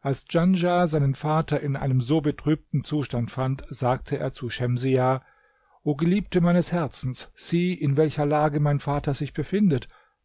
als djanschah seinen vater in einem so betrübten zustand fand sagte er zu schemsiah o geliebte meines herzens sieh in welcher lage mein vater sich befindet